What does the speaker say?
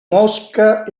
mosca